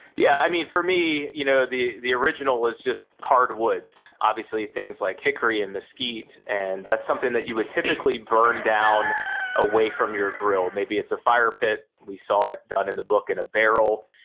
yeah, for me you know the the original was just hardwoods obviously things like hickory and mesquite. and that's something that you would typically burn down away from your grill. maybe it's a fire pit. we saw it done in the book in a barrel,